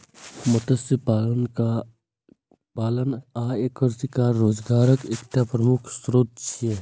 मत्स्य पालन आ एकर शिकार रोजगारक एकटा प्रमुख स्रोत छियै